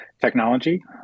technology